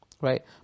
right